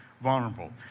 vulnerable